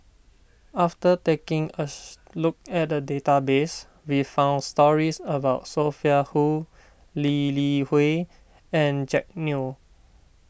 after taking a look at the database we found stories about Sophia Hull Lee Li Hui and Jack Neo